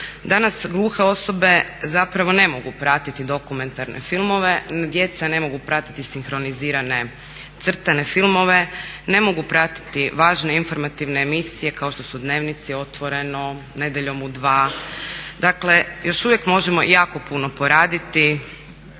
Danas gluhe osobe zapravo ne mogu pratiti dokumentarne filmove, djeca ne mogu pratiti sinkronizirane crtane filmove, ne mogu pratiti važne informativne emisije kao što su dnevnici, Otvoreno, Nedjeljom u 2. Dakle, još uvijek možemo jako puno poraditi